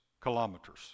kilometers